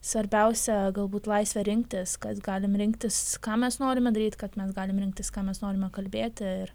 svarbiausia galbūt laisvę rinktis kad galim rinktis ką mes norime daryti kad mes galim rinktis ką mes norime kalbėti ir